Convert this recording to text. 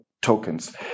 tokens